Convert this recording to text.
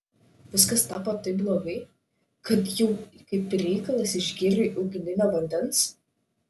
viskas tapo taip blogai kad jau kaip reikalas išgėrei ugninio vandens